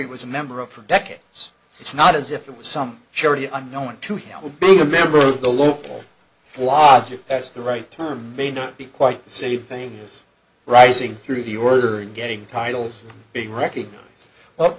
robey was a member of for decades it's not as if it was some charity unknown to him being a member of the local lodge if that's the right term may not be quite the same thing as rising through the order and getting titles being recognized as well